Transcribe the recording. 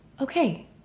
okay